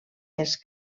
els